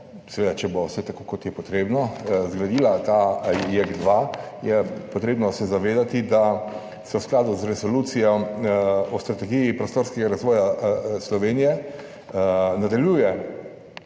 seveda če bo vse tako, kot je treba, zgradila ta JEK2, se je treba zavedati, da se v skladu z Resolucijo o strategiji prostorskega razvoja Slovenije nadaljuje